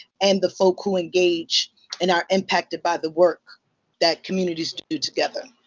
and the folk who engage and are impacted by the work that communities do together.